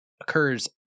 occurs